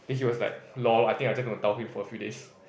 then he was like lol I think I just gonna dao him for a few days